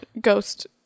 ghost